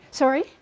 Sorry